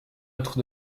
autre